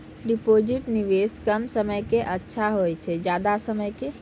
Deposit निवेश कम समय के के अच्छा होय छै ज्यादा समय के?